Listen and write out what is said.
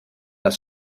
das